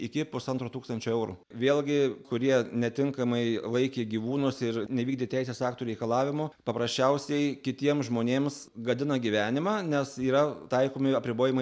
iki pusantro tūkstančio eurų vėlgi kurie netinkamai laikė gyvūnus ir nevykdė teisės aktų reikalavimų paprasčiausiai kitiems žmonėms gadina gyvenimą nes yra taikomi apribojimai